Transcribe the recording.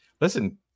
listen